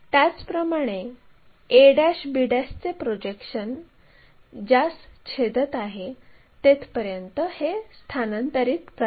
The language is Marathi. त्याचप्रमाणे a b चे प्रोजेक्शन ज्यास छेदत आहे तेथपर्यंत हे स्थानांतरित करा